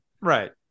right